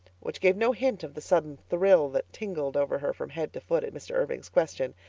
which gave no hint of the sudden thrill that tingled over her from head to foot at mr. irving's question.